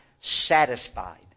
satisfied